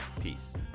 Peace